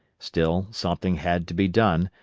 still, something had to be done,